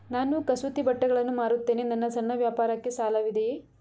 ನಾನು ಕಸೂತಿ ಬಟ್ಟೆಗಳನ್ನು ಮಾರುತ್ತೇನೆ ನನ್ನ ಸಣ್ಣ ವ್ಯಾಪಾರಕ್ಕೆ ಸಾಲವಿದೆಯೇ?